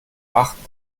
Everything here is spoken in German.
achten